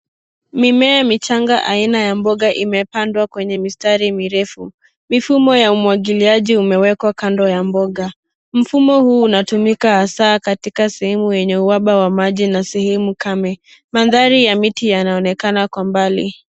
Mimea michanga aina ya mboga imepandwa kwenye mistari mirefu. Mifumo ya umwagiliaji umewekwa kando ya mboga. Mfumo huu unatumika hasa katika sehemu yenye uhaba wa maji na sehemu kame. Mandhari ya miti yanaonekana kwa mbali.